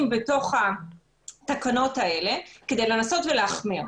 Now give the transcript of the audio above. בתוך התקנות האלה כדי לנסות ולהחמיר.